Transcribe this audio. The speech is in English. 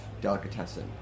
Delicatessen